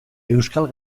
euskal